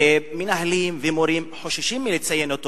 והאמת, שמנהלים ומורים חוששים לציין אותו.